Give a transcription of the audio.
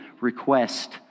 request